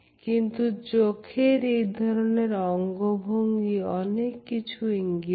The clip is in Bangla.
কিন্তু চোখের এই ধরনের অঙ্গভঙ্গি অনেক কিছু ইঙ্গিত করে